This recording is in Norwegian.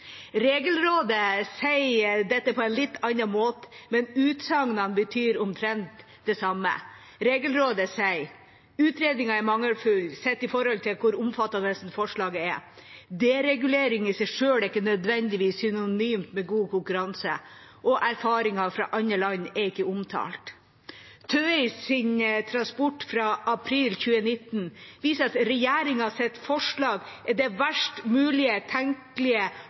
Regelrådet sier dette på en litt annen måte, men utsagnene betyr omtrent det samme. Regelrådet sier at utredningen er mangelfull sett i forhold til hvor omfattende forslaget er, at deregulering i seg selv ikke nødvendigvis er synonymt med god konkurranse, og at erfaringer fra andre land ikke er omtalt. TØIs rapport fra april 2019 viser at regjeringas forslag er det verst mulig tenkelige